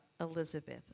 Elizabeth